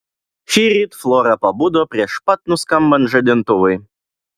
šįryt flora pabudo prieš pat nuskambant žadintuvui